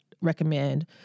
recommend